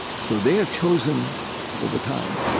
so they have chosen over time,